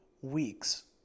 weeks